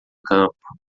campo